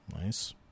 nice